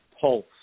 pulse